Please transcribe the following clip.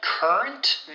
Current